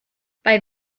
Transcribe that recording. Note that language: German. bei